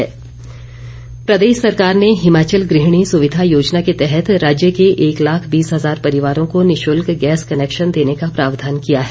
गुहिणी सुविधा प्रदेश सरकार ने हिमाचल गृहिणी सुविधा योजना के तहत राज्य के एक लाख बीस हजार परिवारों को निशुल्क गैस कनेक्शन देने का प्रावधान किया है